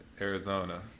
Arizona